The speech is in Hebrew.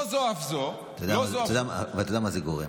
לא זו אף זו, אתה יודע מה זה גורם,